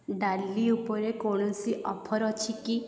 ଡାଲି ଉପରେ କୌଣସି ଅଫର୍ ଅଛି କି